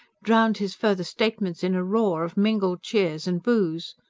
drowned his further statements in a roar of mingled cheers and boos.